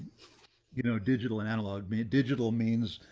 you know, digital and analog i mean digital means,